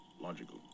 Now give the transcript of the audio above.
Logical